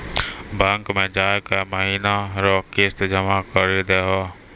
bank मे जाय के महीना रो किस्त जमा करी दहो